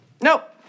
Nope